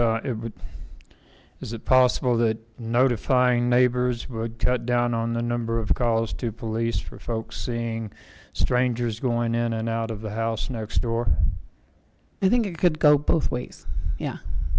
but is it possible that notifying neighbors would cut down on the number of calls to police for folks seeing strangers going in and out of the house next door i think it could go both ways yeah